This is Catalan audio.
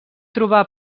trobar